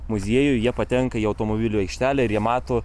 muziejų jie patenka į automobilių aikštelę ir jie mato